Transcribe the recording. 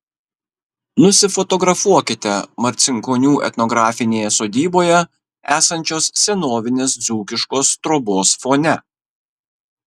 nusifotografuokite marcinkonių etnografinėje sodyboje esančios senovinės dzūkiškos trobos fone